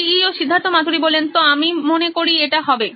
Siddharth Maturi C E O নোইন electronics তো আমি মনে করি এটা হবে